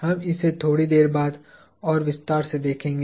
हम इसे थोड़ी देर बाद और विस्तार से देखेंगे